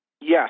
Yes